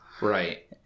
Right